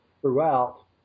throughout